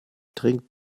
trinkt